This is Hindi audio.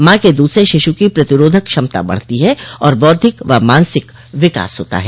माँ के दूध से शिशु की प्रतिरोधक क्षमता बढ़ती है और बौद्धिक व मानसिक विकास होता है